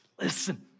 listen